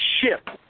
ship